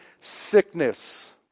sickness